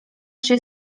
się